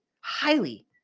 highly